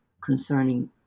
concerning